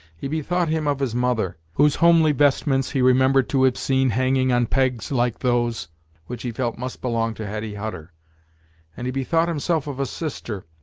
he bethought him of his mother, whose homely vestments he remembered to have seen hanging on pegs like those which he felt must belong to hetty hutter and he bethought himself of a sister,